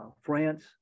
France